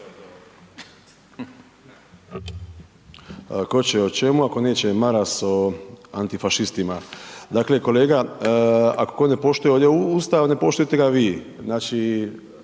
Ko će o čemu, ako neće Maras o antifašistima. Dakle, kolega ako tko ne poštuje ovdje Ustav ne poštujete ga vi, znači